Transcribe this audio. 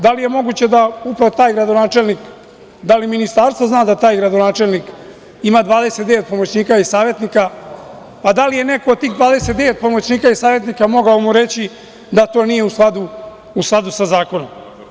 Da li je moguće da upravo taj gradonačelnik, da li Ministarstvo zna da taj gradonačelnik ima 29 pomoćnika i savetnika, a da je neko od tih 29 pomoćnika i savetnika mogao mu reći da to nije u skladu sa zakonom.